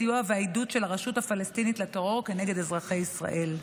הסיוע והעידוד של הרשות הפלסטינית לטרור כנגד אזרחי ישראל.